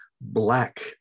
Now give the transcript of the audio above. black